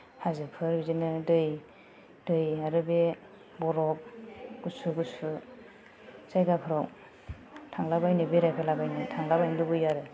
हाजोफोर बिदिनो दै दै आरो बे बरफ गुसु गुसु जायगाफोराव थांलाबायनो बेरायहैलाबायनो थांलाबायनो लुबैयो आरो